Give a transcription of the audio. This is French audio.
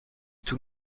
tout